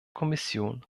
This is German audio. kommission